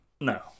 no